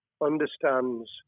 understands